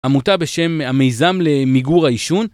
עמותה בשם המיזם למיגור העישון.